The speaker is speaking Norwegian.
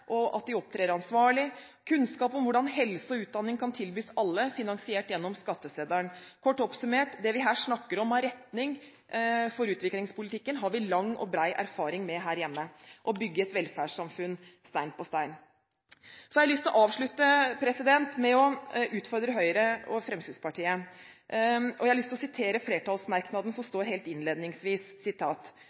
og opptrer ansvarlig, kunnskap om hvordan helse og utdanning kan tilbys alle, finansiert gjennom skatteseddelen – kort oppsummert: Det vi snakker om av retning for utviklingspolitikken, har vi lang og bred erfaring med her hjemme; å bygge et velferdssamfunn stein på stein. Så har jeg lyst til å avslutte med å utfordre Høyre og Fremskrittspartiet. Jeg vil sitere flertallsmerknaden som står helt innledningsvis